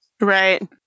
Right